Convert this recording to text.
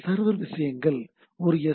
server விஷயங்கள் ஒரு S